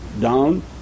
down